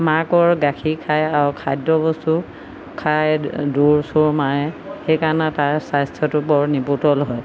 মাকৰ গাখীৰ খায় আৰু খাদ্যবস্তু খাই দৌৰ চৌৰ মাৰে সেই কাৰণে তাৰ স্বাস্থ্যটো বৰ নিপোটল হয়